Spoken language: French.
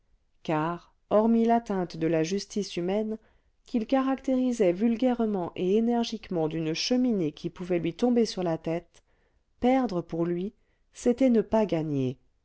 car hormis l'atteinte de la justice humaine qu'il caractérisait vulgairement et énergiquement d'une cheminée qui pouvait lui tomber sur la tête perdre pour lui c'était ne pas gagner